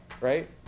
right